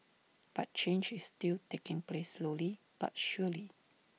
but change is still taking place slowly but surely